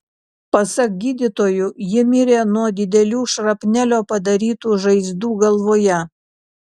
pasak gydytojų ji mirė nuo didelių šrapnelio padarytų žaizdų galvoje